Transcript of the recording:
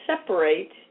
separate